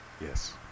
Yes